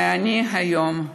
והיום,